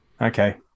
Okay